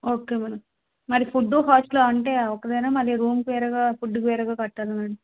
okay madam మరి food hostel అంటే ఒకదేనా మరి రూమ్కి వేరుగా ఫుడ్డికి వేరుగా కట్టాలా మ్యాడం